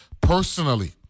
personally